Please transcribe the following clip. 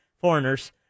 Foreigners